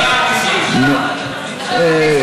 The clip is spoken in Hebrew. אתה רוצה שאני אכבד אותו ואקשיב לו,